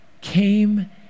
came